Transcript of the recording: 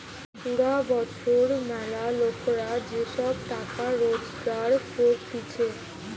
পুরা বছর ম্যালা লোকরা যে সব টাকা রোজগার করতিছে